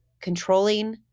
controlling